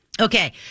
Okay